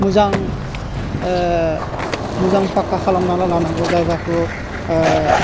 मोजां मोजां पाक्का खालामना लानांगौ जायगाखौ